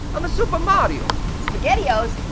i'm super mario. spaghettios?